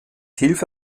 hilfe